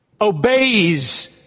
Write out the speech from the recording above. obeys